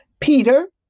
Peter